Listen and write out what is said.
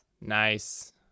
Nice